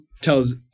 tells